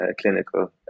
clinical